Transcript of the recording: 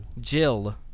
Jill